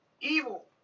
Evil